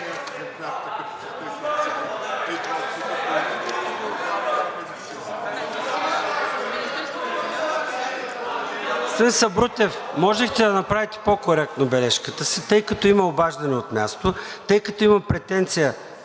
Сабрутев, можехте да направите по-коректно бележката си. Тъй като има обаждане от място, тъй като има претенция